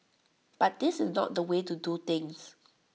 but this is not the way to do things